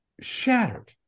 shattered